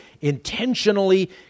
intentionally